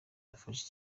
yafashe